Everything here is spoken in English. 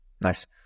Nice